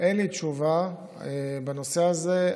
אין לי תשובה בנושא הזה.